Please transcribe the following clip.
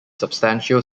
substantial